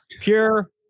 pure